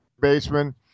baseman